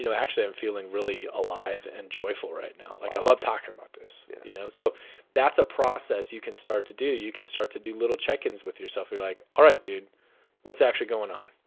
actually, i'm feeling really alive and joyful right now. like, i love talking about this, you know? so that's a process you can start to do. you can start to do little check-ins with yourself. like all right, dude, what's actually going on?